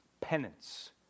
Penance